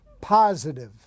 positive